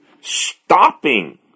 stopping